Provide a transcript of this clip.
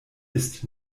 ist